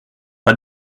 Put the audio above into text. pas